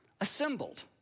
assembled